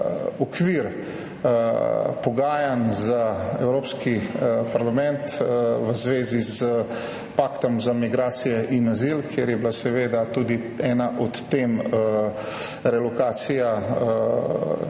okvir pogajanj za Evropski parlament v zvezi s paktom za migracije in azil, kjer je bila tudi ena od tem relokacija